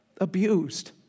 abused